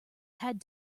had